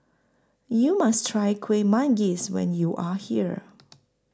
YOU must Try Kueh Manggis when YOU Are here